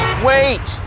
Wait